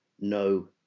no